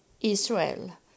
Israel